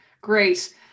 great